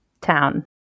town